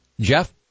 Jeff